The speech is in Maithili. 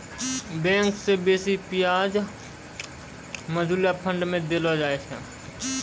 बैंक से बेसी ब्याज म्यूचुअल फंड मे देलो जाय छै